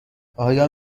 آیا